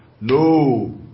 No